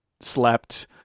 slept